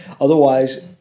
otherwise